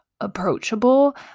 approachable